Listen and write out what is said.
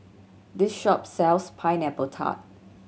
this shop sells Pineapple Tart